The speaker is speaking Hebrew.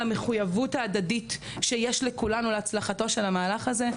המחויבות ההדדית שיש לכולנו להצלחתו של המהלך הזה.